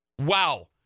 Wow